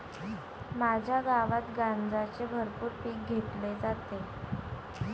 माझ्या गावात गांजाचे भरपूर पीक घेतले जाते